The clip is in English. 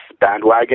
bandwagon